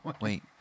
Wait